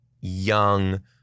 young